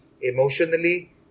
emotionally